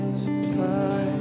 supply